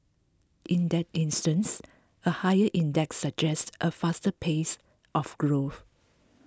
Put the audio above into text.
in that instance a higher index suggests a faster pace of growth